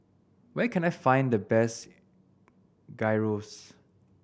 where can I find the best Gyros